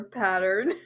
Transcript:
pattern